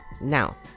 Now